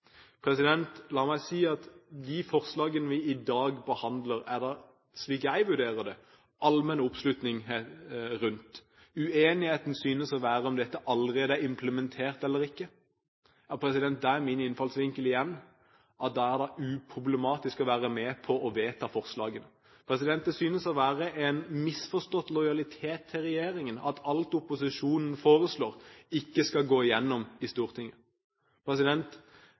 La meg si at de forslagene vi i dag behandler, er det, slik jeg vurderer det, allmenn oppslutning om. Uenigheten synes å være om dette allerede er implementert eller ikke. Da er min innfallsvinkel igjen at da er det uproblematisk å være med på å vedta forslagene. Det synes å være en misforstått lojalitet til regjeringen at alt opposisjonen foreslår, ikke skal gå gjennom i Stortinget.